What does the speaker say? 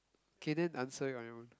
okay then answer on your own